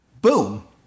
boom